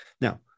Now